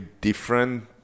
different